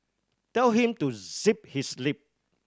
tell him to zip his lip